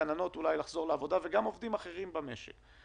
החלופות שלנו גזרנו בהתאם לסטנדרט של משרד הבריאות.